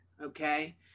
okay